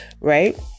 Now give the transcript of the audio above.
Right